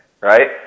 right